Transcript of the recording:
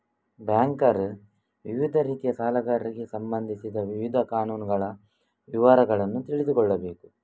banker ವಿವಿಧ ರೀತಿಯ ಸಾಲಗಾರರಿಗೆ ಸಂಬಂಧಿಸಿದ ವಿವಿಧ ಕಾನೂನುಗಳ ವಿವರಗಳನ್ನು ತಿಳಿದುಕೊಳ್ಳಬೇಕು